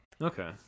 Okay